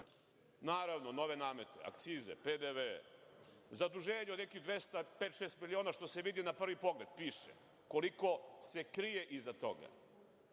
Naravno, nove namete, akcize, PDV, zaduženje od nekih 205-206 miliona, što se vidi na prvi pogled, piše, a koliko se krije iza